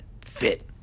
fit